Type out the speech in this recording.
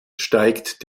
steigt